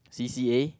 C_c_A